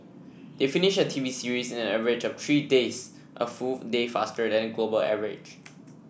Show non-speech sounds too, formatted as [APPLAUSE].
they finish a TV series in an average of three days a full day faster than the global average [NOISE]